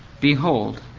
Behold